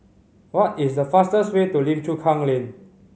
what is the fastest way to Lim Chu Kang Lane